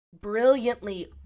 brilliantly